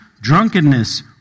drunkenness